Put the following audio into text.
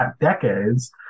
decades